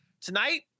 Tonight